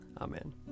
Amen